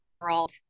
world